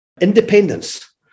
independence